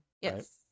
Yes